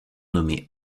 nommée